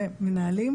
מנהלות